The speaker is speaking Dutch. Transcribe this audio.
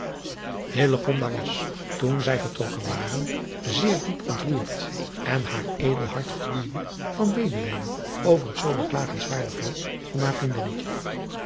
was toen zij vertrokken waren driaan oosjes zn et leven van illegonda uisman zeer diep ontroerd en haar edel hart gloeide van medelijden over het zoo beklagenswaardig lot van haar vriendinnetje